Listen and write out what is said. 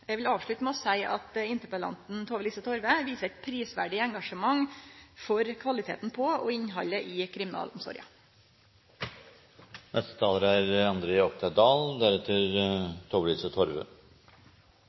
Eg vil avslutte med å seie at interpellanten, Tove-Lise Torve, viser eit prisverdig engasjement for kvaliteten på og innhaldet i kriminalomsorga. Da kan jeg godt si at jeg er